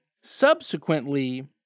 Subsequently